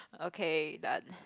ok that